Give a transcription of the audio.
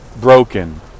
broken